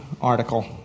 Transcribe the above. article